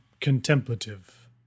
contemplative